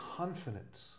confidence